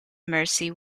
mercy